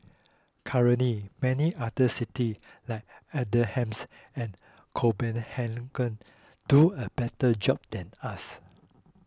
currently many other cities like Amsterdam and Copenhagen do a better job than us